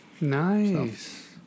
Nice